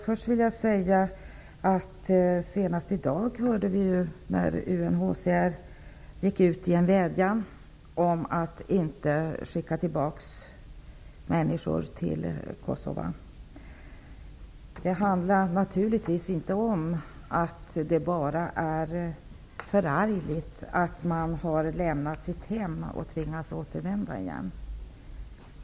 Herr talman! Senast i dag hörde vi att UNHCR gick ut med en vädjan om att inte skicka tillbaka människor till Kosova. Det handlar naturligtvis inte om att det bara är förargligt att man har fått lämna sitt hem och tvingas återvända dit igen.